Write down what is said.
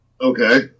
Okay